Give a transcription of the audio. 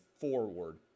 forward